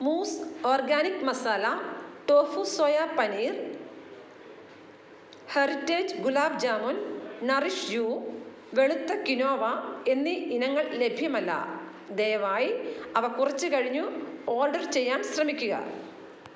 mousse organic masala tofu soya paneer heritage gulab jamun nourish you വെളുത്ത quinoa എന്നീ ഇനങ്ങൾ ലഭ്യമല്ല ദയവായി അവ കുറച്ചു കഴിഞ്ഞ് ഓർഡർ ചെയ്യാൻ ശ്രമിക്കുക